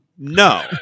No